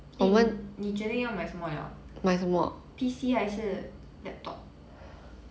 eh 你你决定要买什么了 P_C 还是 laptop